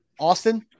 Austin